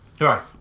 Right